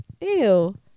Ew